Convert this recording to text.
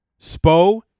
Spo